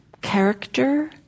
character